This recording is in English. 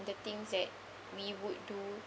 the things that we would do